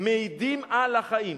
מעידים על החיים.